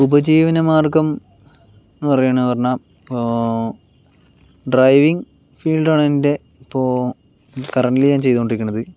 ഉപജീവനമാർഗം എന്ന് പറയണ പറഞ്ഞാൽ ഇപ്പോൾ ഡ്രൈവിംഗ് ഫീൽഡാണ് എൻ്റെ ഇപ്പോൾ കറണ്ട്ലി ഞാൻ ചെയ്തുകൊണ്ടിരിക്കണത്